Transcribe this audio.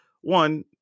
one